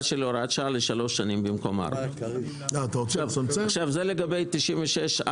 של הוראת השעה לשלוש שנים במקום 4. זה לגבי 96א(א).